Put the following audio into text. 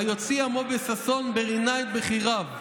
ויוצִא עמו בששון ברִנה את בחיריו.